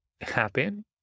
happen